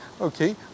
Okay